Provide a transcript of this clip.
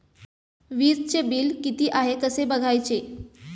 वीजचे बिल किती आहे कसे बघायचे?